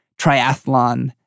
triathlon